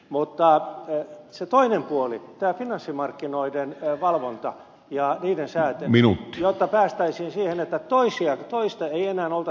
mutta se toinen puoli tämä finanssimarkkinoiden valvonta ja niiden sääntely jotta päästäisiin siihen että toiste ei oltaisi enää samanlaisessa tilanteessa